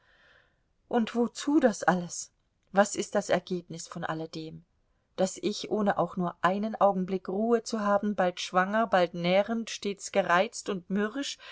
und wozu das alles was ist das ergebnis von alledem daß ich ohne auch nur einen augenblick ruhe zu haben bald schwanger bald nährend stets gereizt und mürrisch